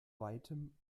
weitem